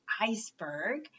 iceberg